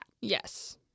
Yes